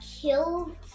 killed